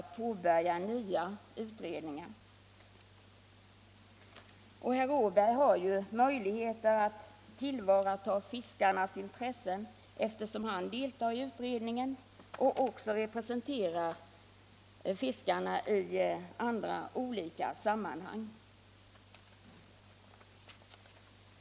Till herr Åberg vill jag säga, att han ju har alla möjligheter att tillvarata fiskarnas intressen, eftersom han deltar i utredningen och också representerar fiskarna i olika sammanhang.